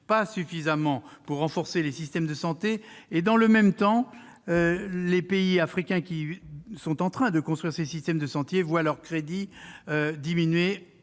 pas suffisamment pour renforcer les systèmes de santé ? Dans le même temps, les pays africains qui construisent leur système de santé voient leurs crédits diminuer